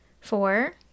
Four